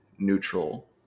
neutral